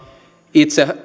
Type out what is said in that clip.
itse